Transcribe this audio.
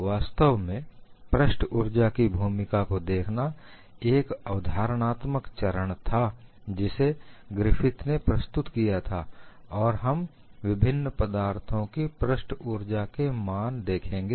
वास्तव में पृष्ठ ऊर्जा की भूमिका को देखना एक अवधारणात्मक चरण था जिसे ग्रिफिथ ने प्रस्तुत किया था और हम विभिन्न पदार्थों की पृष्ठ ऊर्जा के मान को देखेंगे